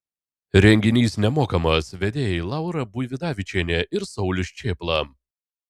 renginys nemokamas vedėjai laura buividavičienė ir saulius čėpla